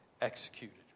executed